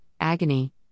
agony